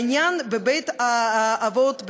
העניין בבית-האבות,